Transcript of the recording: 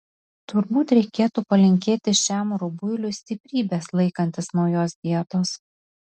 turbūt reikėtų palinkėti šiam rubuiliui stiprybės laikantis naujos dietos